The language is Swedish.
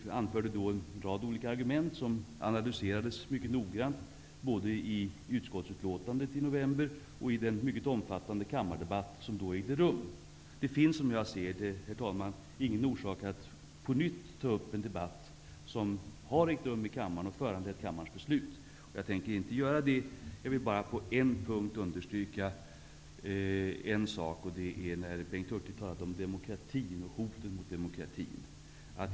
Vi anförde då en rad olika argument som analyserades mycket noggrant, både i utskottsbetänkandet i november och i den mycket omfattande kammardebatt som då ägde rum. Det finns som jag ser det ingen orsak att på nytt ta upp en debatt som har ägt rum i kammaren och föranlett kammarens beslut. Jag tänker inte göra det. Jag vill bara på en punkt understryka en sak. Det är när Bengt Hurtig talar om hotet mot demokratin.